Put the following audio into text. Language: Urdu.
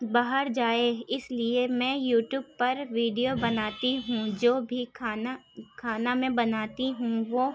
باہر جائیں اس لیے میں یو ٹیوب پر ویڈیو بناتی ہوں جو بھی کھانا کھانا میں بناتی ہوں وہ